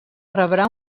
rebrà